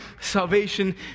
salvation